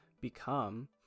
become